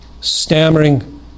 stammering